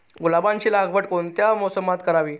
गुलाबाची लागवड कोणत्या मोसमात करावी?